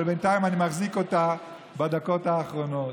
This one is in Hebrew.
אבל בינתיים אני מחזיק אותה, בדקות האחרונות,